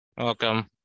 welcome